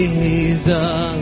Jesus